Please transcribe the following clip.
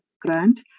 grant